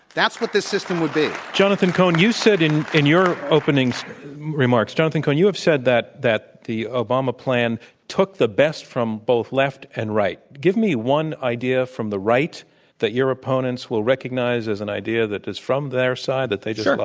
that's what this system will be. jonathan cohn, you said in in your opening remarks jonathan cohn, you have said that that the obama plan took the best from both left and right. give me one idea from the right that your opponents will recognize as an idea that is from their side, that they just and